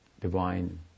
divine